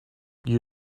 you